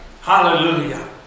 Hallelujah